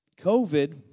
COVID